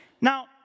Now